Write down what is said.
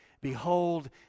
Behold